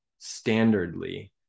standardly